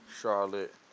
Charlotte